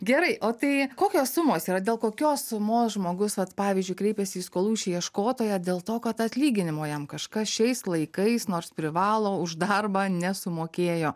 gerai o tai kokios sumos yra dėl kokios sumos žmogus vat pavyzdžiui kreipiasi į skolų išieškotoją dėl to kad atlyginimo jam kažkas šiais laikais nors privalo už darbą nesumokėjo